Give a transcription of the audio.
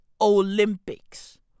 Olympics